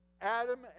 Adam